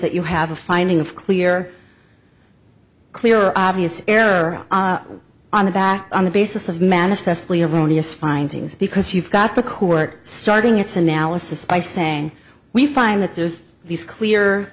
that you have a finding of clear clear obvious error on the back on the basis of manifestly erroneous findings because you've got the couper starting its analysis by saying we find that there is these clear